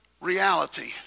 reality